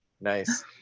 Nice